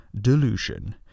delusion